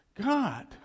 God